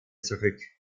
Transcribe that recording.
zurück